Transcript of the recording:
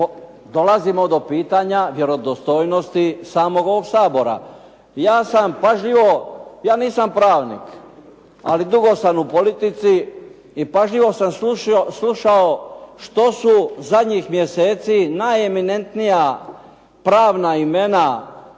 dolazimo do pitanja vjerodostojnosti samog ovog Sabora. Ja sam pažljivo, ja nisam pravnik, ali dugo sam u politici i pažljivo sam slušao što su zadnjih mjeseci najeminentnija pravna imena